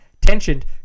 tensioned